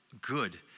good